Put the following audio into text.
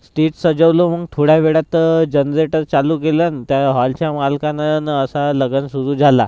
stage सजवलो मंग थोड्या वेळात जनरेटर चालू केलं त्या हॉलच्या मालकानं न असा लग्न सुरू झाला